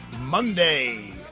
Monday